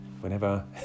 whenever